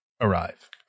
arrive